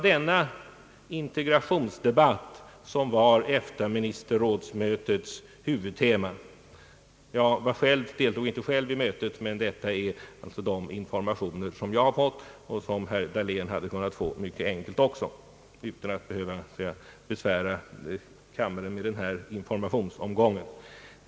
Den integrationsdebatten var ministerrådsmötets huvudtema, enligt de informa tioner som jag har fått — jag deltog inte själv i mötet — och som även herr Dahlén mycket enkelt hade kunnat få utan att besvära kammaren med den här informationsomgången.